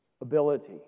ability